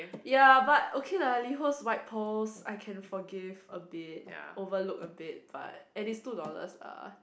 ya but okay lah Liho's white balls I can forgive a bit overlook a bit but and it's two dollars lah